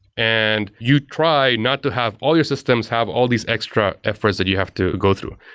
and you try not to have all your systems have all these extra efforts that you have to go through.